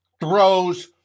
throws